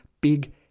big